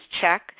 check